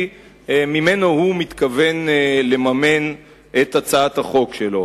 שממנו הוא מתכוון לממן את הצעת החוק שלו.